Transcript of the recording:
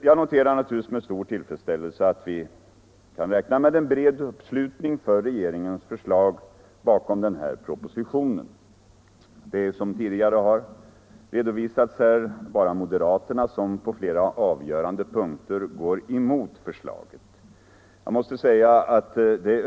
Jag noterar naturligtvis med stor tillfredsställelse att vi kan räkna med en bred uppslutning kring regeringens proposition. Som tidigare har redovisats här är det bara moderaterna som på flera avgörande punkter går emot förslaget.